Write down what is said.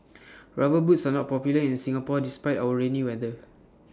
rubber boots are not popular in Singapore despite our rainy weather